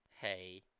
hey